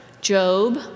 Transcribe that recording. Job